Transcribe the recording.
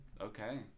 Okay